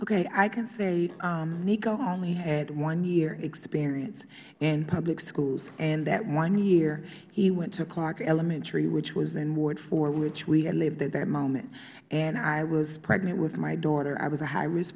okay i can say nico only had one year experience in public schools and that one year he went to clark elementary which was in ward four which we had lived at that moment and i was pregnant with my daughter i was a high risk